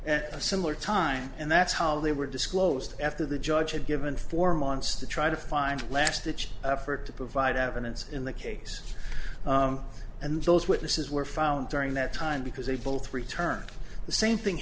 returned a similar time and that's how they were disclosed after the judge had given four months to try to find a last ditch effort to provide evidence in the case and those witnesses were found during that time because they both returned the same thing